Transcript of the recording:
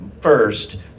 first